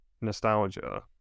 nostalgia